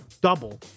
double